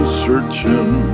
searching